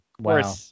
Wow